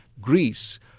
Greece